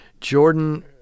Jordan